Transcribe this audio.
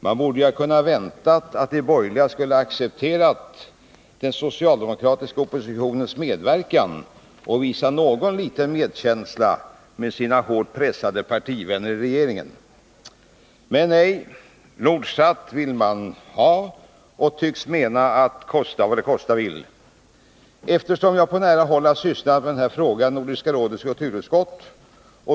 Man borde ha kunnat vänta att de borgerliga skulle ha accepterat den socialdemokratiska oppositionens medverkan och visa någon liten medkänsla med sina hårt pressade partivänner i regeringen. Men nej, Nordsat vill man ha och tycks mena, att det får kosta vad det kosta vill. Jag har på nära håll sysslat med denna fråga i Nordiska rådets kulturutskott.